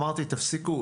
אמרתי תפסיקו,